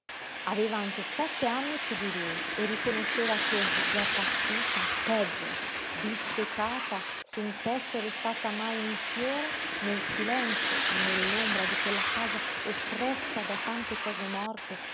aveva anche sette anni piú di lui e riconosceva che già appassita peggio disseccata senz'essere stata mai in fiore nel silenzio e nell'ombra di quella casa oppressa da tante cose morte